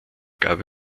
gab